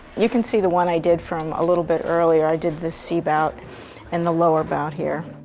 you can see the one i did from a little bit earlier. i did this c-bout and the lower bout here.